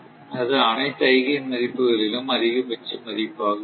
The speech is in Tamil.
அது அனைத்து ஐகேன் மதிப்புகளிலும் அதிகபட்ச மதிப்பாக இருக்கும்